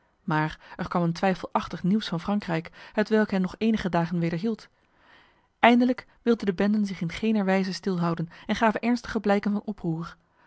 maar er kwam een twijfelachtig nieuws van franknjk hetwelk hen nog enige dagen wederhield eindelijk wilden de benden zich in gener wijze stilhouden en gaven ernstige blijken van oproer